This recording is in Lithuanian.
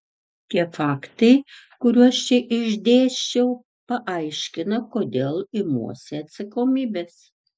tie faktai kuriuos čia išdėsčiau paaiškina kodėl imuosi atsakomybės